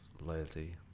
loyalty